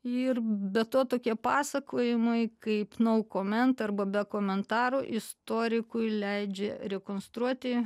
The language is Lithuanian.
ir be to tokie pasakojimai kaip nau koment arba be komentarų istorikui leidžia rekonstruoti